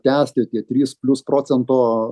tęsti tie trys plius procento